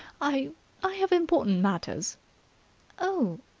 i i have important matters oh,